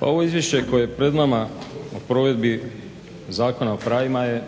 Pa ovo izvješće koje je pred nama o provedbi Zakona o pravima je,